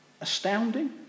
astounding